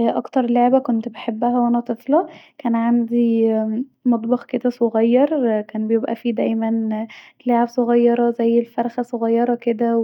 اكتر لعبه كنت بحبها وانا طفله كان عندي مطبخ كدا صغير كان بيبقي فيه دايما لعب صغيره زي الفرخة صغيره كدا